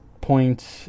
point